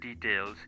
details